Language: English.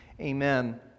amen